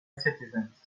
citizens